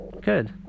Good